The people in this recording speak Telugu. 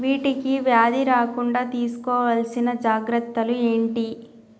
వీటికి వ్యాధి రాకుండా తీసుకోవాల్సిన జాగ్రత్తలు ఏంటియి?